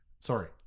sorry